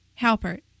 Halpert